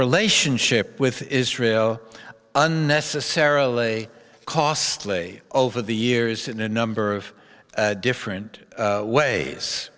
relationship with israel unnecessarily costly over the years in a number of different ways